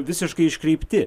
visiškai iškreipti